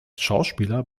schauspieler